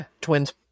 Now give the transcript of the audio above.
twins